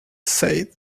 said